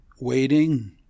waiting